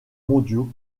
mondiaux